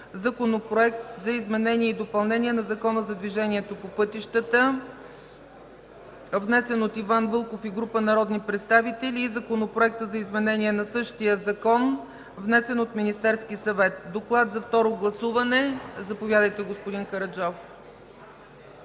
Законопроект за изменение и допълнение на Закона за движението по пътищата, внесен от Иван Вълков и група народни представители и Законопроект за изменение на същия закон, внесен от Министерския съвет. Има доклад за второ гласуване. Заповядайте, господин Караджов.